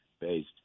based